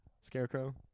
Scarecrow